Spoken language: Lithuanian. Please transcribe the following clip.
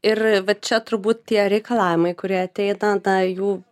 ir va čia turbūt tie reikalavimai kurie ateina na jų